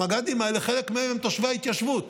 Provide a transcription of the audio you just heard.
חלק מהמג"דים האלה הם תושבי ההתיישבות